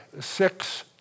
six